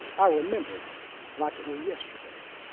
i remember it like it were yesterday.